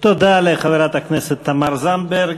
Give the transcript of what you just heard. תודה לחברת הכנסת תמר זנדברג.